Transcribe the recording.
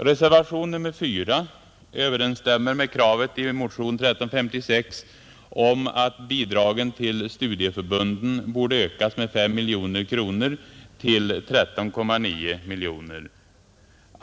Reservation nr 4 överensstämmer med kravet i motion 1356 om att bidragen till studieförbunden skall ökas med 5 miljoner kronor till 13,9 miljoner.